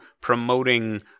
promoting